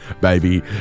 baby